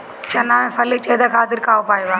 चना में फली छेदक खातिर का उपाय बा?